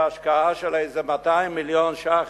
בהשקעה של איזה 200 מיליון שקלים,